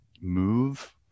move